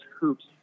hoops